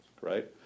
Right